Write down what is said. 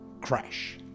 crash